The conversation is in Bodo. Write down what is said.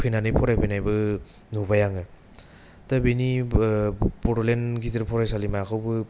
फैनानै फराय फैनायबो नुबाय आङो दा बेनि बड'लेण्ड गिदिर फरायसालिमाखौबो